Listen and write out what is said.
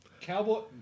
Cowboy